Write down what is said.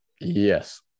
Yes